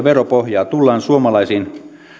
veropohjaa tullaan suomalaisin